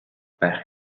байх